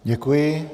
Děkuji.